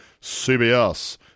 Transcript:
CBS